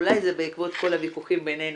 אולי זה בעקבות כל הוויכוחים בינינו,